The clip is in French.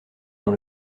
dans